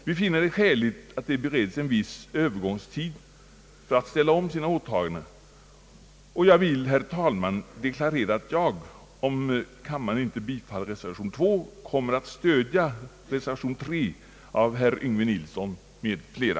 Vi finner det skäligt att de beredes en viss övergångstid för att ställa om sina åtaganden, och jag vill deklarera att jag, om kammaren icke bifaller reservation II, kommer att stödja reservation III av herr Yngve Nilsson m.fl.